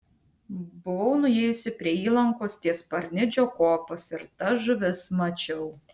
buvau nuėjusi prie įlankos ties parnidžio kopos ir tas žuvis mačiau